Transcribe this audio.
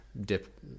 Dip